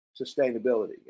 sustainability